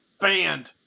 banned